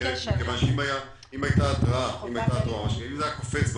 אם זה היה קופץ במערכות,